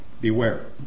Beware